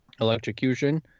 electrocution